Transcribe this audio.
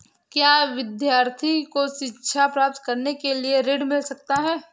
क्या विद्यार्थी को शिक्षा प्राप्त करने के लिए ऋण मिल सकता है?